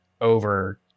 over